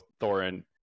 Thorin